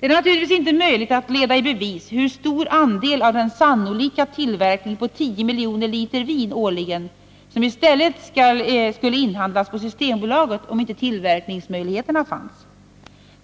Det är naturligtvis inte möjligt att leda i bevis hur stor andel av den sannolika tillverkningen på 10 miljoner liter vin årligen som i stället skulle inhandlas på Systembolaget, om inte tillverkningsmöjligheterna fanns.